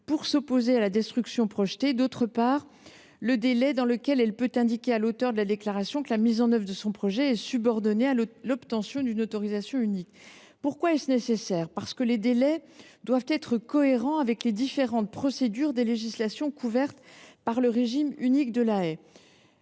pour s’opposer à la destruction projetée ; d’autre part, le délai dans lequel elle peut indiquer à l’auteur de la déclaration que la mise en œuvre de son projet est subordonnée à l’obtention d’une autorisation unique. Pourquoi est ce nécessaire ? Parce que ces délais doivent être cohérents avec les différentes procédures légales dont relève le régime unique de la